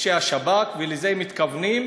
אנשי השב"כ, לזה הם מתכוונים.